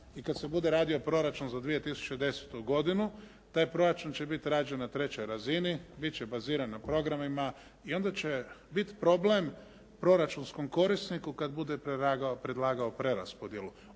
i kada se bude radio proračun za 2010. godinu, taj proračun će biti rađen na trećoj razini, bit će baziran na programima i onda će biti problem proračunskom korisniku kada bude predlagao preraspodjelu.